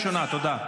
תתביישי, תתביישי.